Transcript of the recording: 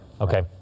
Okay